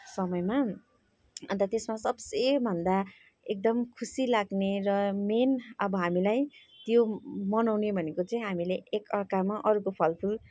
समयमा अन्त त्यसमा सबसे भन्दा एकदम खुसी लाग्ने र मेन अब हामीलाई त्यो बनाउने भनेको चाहिँ हामीले एकाअर्कामा अरूको फलफुल